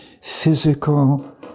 physical